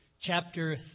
chapter